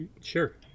Sure